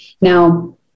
Now